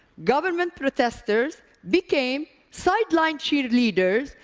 government protesters became sideline cheerleaders.